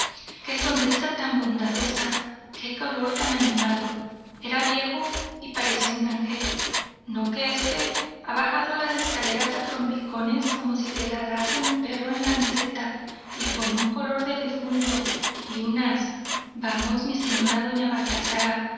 qué sonrisa tan bondadosa qué color tan animado era viejo y parecía un ángel no que éste ha bajado las escaleras á trompicones como si le ladrase un perro en la meseta y con un color de difunto y unas vamos mi señora doña baltasara